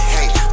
Hey